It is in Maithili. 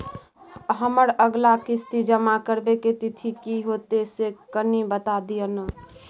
हमर अगला किस्ती जमा करबा के तिथि की होतै से कनी बता दिय न?